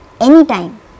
anytime